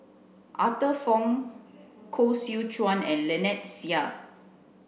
Arthur Fong Koh Seow Chuan and Lynnette Seah